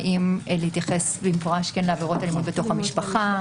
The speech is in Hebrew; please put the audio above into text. האם להתייחס במפורש לעבירות במשפחה?